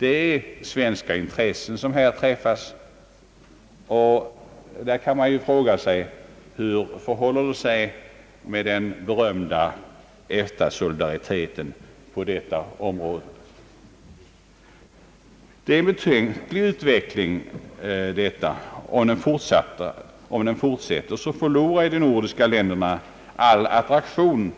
Det är svenska intressen, som träffas av dessa åtgärder. Man kan fråga sig hur det förhåller sig med den berömda EFTA-solidariteten på detta område. Det är en betänklig utveckling. Om den fortsätter, förlorar de nordiska länderna sin attraktion